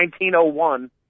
1901